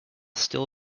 still